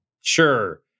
sure